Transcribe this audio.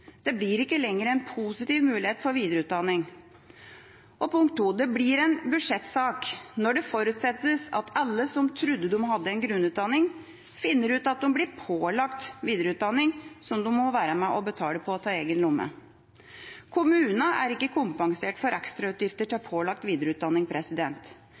Det blir ikke lenger en positiv mulighet for videreutdanning. For det andre: Det blir en budsjettsak når det forutsettes at alle som trodde de hadde en grunnutdanning, finner ut at de blir pålagt en videreutdanning som de må være med på å betale av egen lomme. Kommunene er ikke kompensert for ekstrautgifter til pålagt videreutdanning.